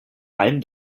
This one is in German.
allem